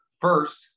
First